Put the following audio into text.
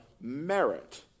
merit